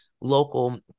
local